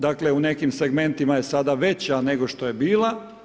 Dakle, u nekim segmentima je sada veća, nego što je bila.